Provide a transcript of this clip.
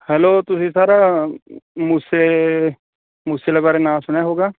hello ਤੁਸੀਂ sir Moose Moose ਆਲੇ ਬਾਰੇ ਨਾਂ ਸੁਣਿਆ ਹੋਊਗਾ